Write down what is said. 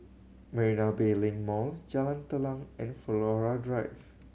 Marina Bay Link Mall Jalan Telang and Flora Drive